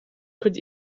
could